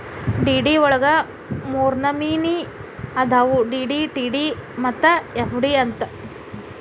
DD ವಳಗ ಮೂರ್ನಮ್ನಿ ಅದಾವು ಡಿ.ಡಿ, ಟಿ.ಡಿ ಮತ್ತ ಎಫ್.ಡಿ ಅಂತ್